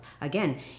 again